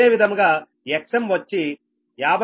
అదే విధముగా Xm వచ్చి 50 160